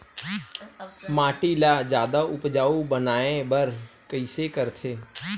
माटी ला जादा उपजाऊ बनाय बर कइसे करथे?